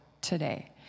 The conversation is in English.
today